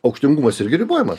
aukštingumas irgi ribojamas